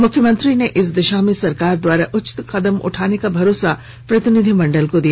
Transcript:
मुख्यमंत्री ने इस दिशा में सरकार द्वारा उचित कदम उठाने का भरोसा प्रतिनिधिमंडल को दिया